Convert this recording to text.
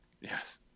yes